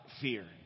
fear